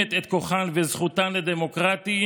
שהולמת את כוחן וזכותן הדמוקרטיות,